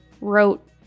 wrote